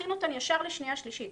ולהכין אותן ישר לשנייה שלישית.